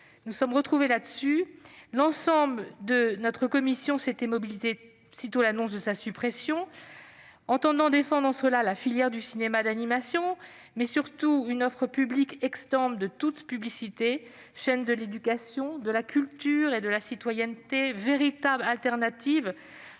le maintien de France 4. L'ensemble de notre commission s'était mobilisé sitôt l'annonce de sa suppression, entendant défendre la filière du cinéma d'animation, mais surtout une offre publique exempte de toute publicité, s'agissant de la chaîne de l'éducation, de la culture et de la citoyenneté, véritable alternative,